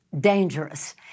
dangerous